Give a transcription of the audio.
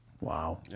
Wow